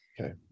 Okay